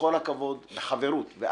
אני אומר לך בכל הכבוד והחברות והאהבה,